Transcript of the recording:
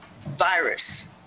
virus